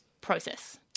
process